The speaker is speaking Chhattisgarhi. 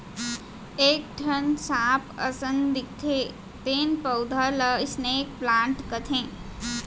एक ठन सांप असन दिखथे तेन पउधा ल स्नेक प्लांट कथें